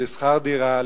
לשכר דירה,